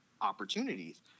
opportunities